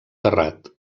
terrat